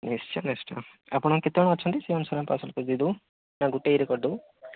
ନିଶ୍ଚୟ ନିଶ୍ଚୟ ଆପଣ କେତେ ଜଣ ଅଛନ୍ତି ସେଇ ଅନୁସାରେ ପାର୍ସଲ୍ କରି ଦେଇଦେବୁ ନା ଗୋଟେ ଇଏରେ କରିଦେବୁ